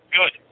Good